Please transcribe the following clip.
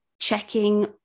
checking